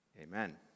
amen